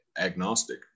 agnostic